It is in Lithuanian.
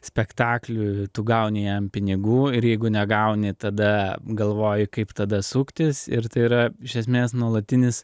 spektakliui tu gauni jam pinigų ir jeigu negauni tada galvoji kaip tada suktis ir tai yra iš esmės nuolatinis